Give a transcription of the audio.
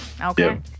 Okay